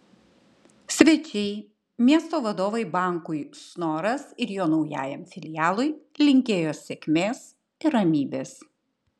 svečiai miesto vadovai bankui snoras ir jo naujajam filialui linkėjo sėkmės ir ramybės